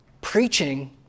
preaching